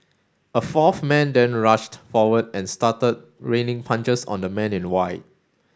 a fourth man then rushed forward and started raining punches on the man in white